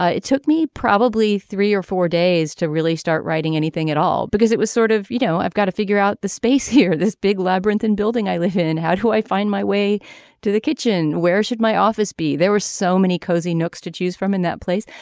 ah it took me probably three or four days to really start writing anything at all because it was sort of you know i've got to figure out the space here this big labyrinth and building i live in and how do i find my way to the kitchen where should my office be. there were so many cozy nooks to choose from in that place.